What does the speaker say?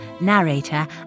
narrator